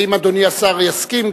ואם אדוני השר יסכים,